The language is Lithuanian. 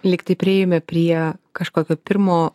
lyg tai priėjome prie kažkokio pirmo